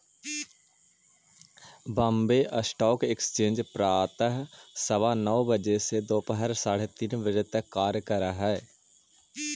Bombay stock exchange प्रातः सवा नौ बजे से दोपहर साढ़े तीन तक कार्य करऽ हइ